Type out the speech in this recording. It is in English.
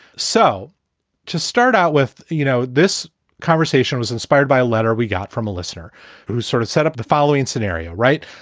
so to start out with, you know, this conversation was inspired by a letter we got from a listener who sort of set up the following scenario. right.